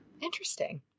interesting